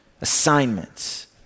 assignments